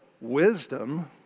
wisdom